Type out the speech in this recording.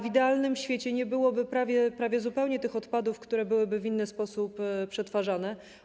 W idealnym świecie nie byłoby prawie zupełnie tych odpadów, które byłyby w inny sposób przetwarzane.